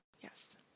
Yes